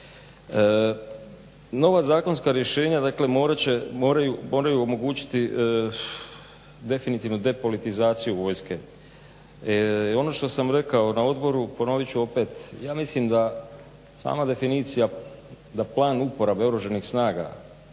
Nova zakonska rješenja, dakle morat će, moraju omogućiti definitivno depolitizaciju vojske. Ono što sam rekao na odboru, ponovit ću opet. Ja mislim da sama definicija, da plan uporabe Oružanih snaga